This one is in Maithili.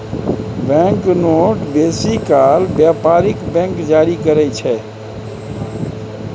बैंक नोट बेसी काल बेपारिक बैंक जारी करय छै